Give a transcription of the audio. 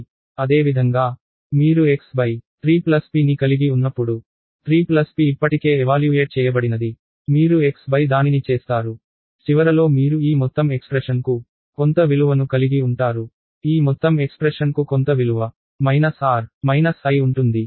అదేవిధంగా మీరు x3p ని కలిగి ఉన్నప్పుడు 3p ఇప్పటికే ఎవాల్యూయేట్ చేయబడినది మీరు x దానిని చేస్తారు చివరలో మీరు ఈ మొత్తం ఎక్స్ప్రెషన్ కు కొంత విలువను కలిగి ఉంటారు ఈ మొత్తం ఎక్స్ప్రెషన్ కు కొంత విలువ మైనస్ r మైనస్ i ఉంటుంది